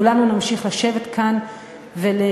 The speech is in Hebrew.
כולנו נמשיך לשבת כאן ולאכול,